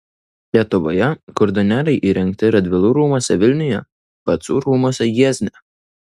lietuvoje kurdonerai įrengti radvilų rūmuose vilniuje pacų rūmuose jiezne